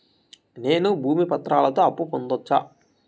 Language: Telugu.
నేను భూమి పత్రాలతో అప్పు పొందొచ్చా?